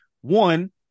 One